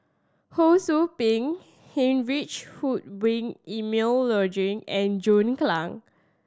Ho Sou Ping Heinrich Ludwig Emil Luering and John Clang